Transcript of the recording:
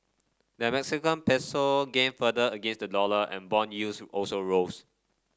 the Mexican peso gained further against the dollar and bond yields also rose